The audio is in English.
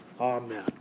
Amen